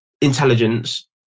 intelligence